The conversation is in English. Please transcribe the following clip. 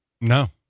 No